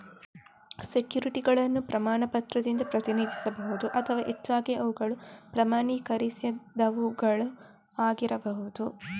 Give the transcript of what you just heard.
ಸೆಕ್ಯುರಿಟಿಗಳನ್ನು ಪ್ರಮಾಣ ಪತ್ರದಿಂದ ಪ್ರತಿನಿಧಿಸಬಹುದು ಅಥವಾ ಹೆಚ್ಚಾಗಿ ಅವುಗಳು ಪ್ರಮಾಣೀಕರಿಸದವುಗಳು ಆಗಿರಬಹುದು